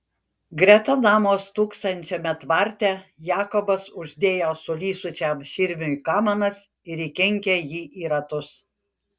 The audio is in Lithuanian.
greta namo stūksančiame tvarte jakobas uždėjo sulysusiam širmiui kamanas ir įkinkė jį į ratus